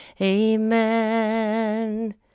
Amen